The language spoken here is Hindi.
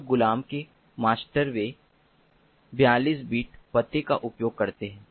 तो गुलाम के मास्टर वे 42 बिट पते का उपयोग करते हैं